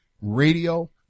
Radio